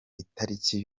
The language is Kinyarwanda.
itariki